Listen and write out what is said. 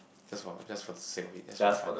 just for just for the sake of it just for fun